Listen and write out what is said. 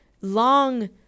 long